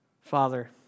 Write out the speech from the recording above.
Father